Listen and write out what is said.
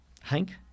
Hank